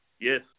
Yes